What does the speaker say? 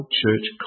church